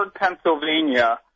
Pennsylvania